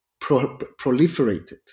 proliferated